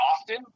often